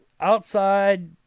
outside